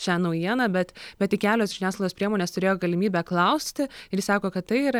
šią naujieną bet bet tik kelios žiniasklaidos priemonės turėjo galimybę klausti ir jis sako kad tai yra